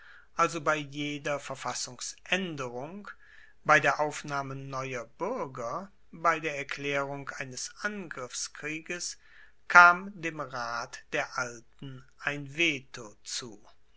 also bei jeder verfassungsaenderung bei der aufnahme neuer buerger bei der erklaerung eines angriffskrieges kam dem rat der alten ein veto zu